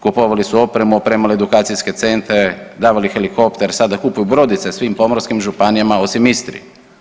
Kupovali su opremu, opremali edukacijske centre, davali helikopter, sada kupuju brodice svim pomorskim županijama osim Istri.